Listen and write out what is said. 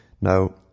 Now